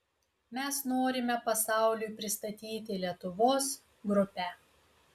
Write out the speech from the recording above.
mes norime pasauliui pristatyti lietuvos grupę